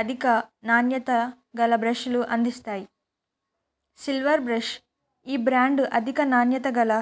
అధిక నాణ్యత గల బ్రష్లు అందిస్తాయి సిల్వర్ బ్రష్ ఈ బ్రాండు అధిక నాణ్యత గల